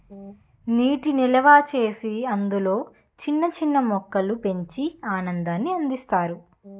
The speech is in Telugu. నీటి నిల్వచేసి అందులో చిన్న చిన్న మొక్కలు పెంచి ఆనందాన్ని అందిస్తారు